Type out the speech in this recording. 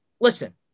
listen